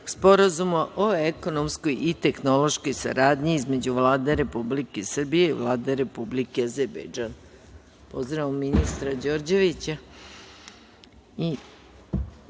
Sporazuma o ekonomskoj i tehnološkoj saradnji između Vlade Republike Srbije i Vlade Republike Azerbejdžan. Pozdravljamo ministra Đorđevića. Da